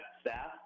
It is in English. staff